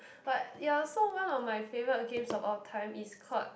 but ya so one of my favourite games of all time is called